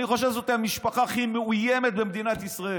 אני חושב שזאת המשפחה הכי מאוימת במדינת ישראל.